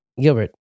Gilbert